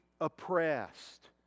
oppressed